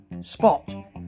spot